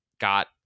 got